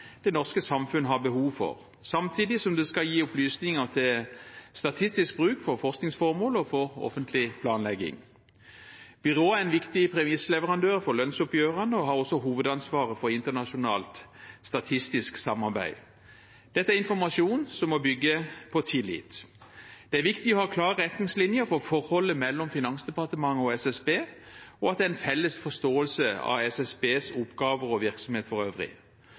det norske samfunnet har behov for, samtidig som de skal gi opplysninger til statistisk bruk for forskningsformål og offentlig planlegging. Byrået er en viktig premissleverandør for lønnsoppgjørene og har også hovedansvaret for internasjonalt statistisk samarbeid. Dette er informasjon som må bygge på tillit. Det er viktig å ha klare retningslinjer for forholdet mellom Finansdepartementet og SSB, og at det er en felles forståelse av SSBs oppgaver og virksomhet for øvrig.